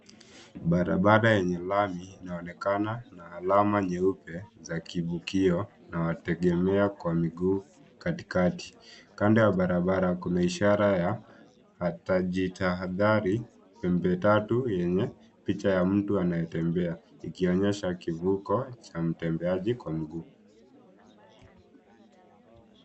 Barabara yenye lami inaonekana na alama nyeupe za kivukio la wategemea kwa miguu katikati. Kando ya barabara, kuna ishara ya hataji tahadhari pembe tatu yenye picha ya mtu anayetembea ikionyesha kivuko cha mtembeaji kwa mguu.